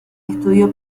estudió